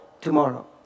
tomorrow